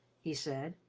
he said.